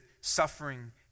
suffering